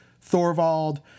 Thorvald